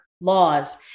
laws